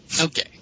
okay